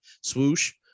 swoosh